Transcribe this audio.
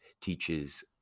teaches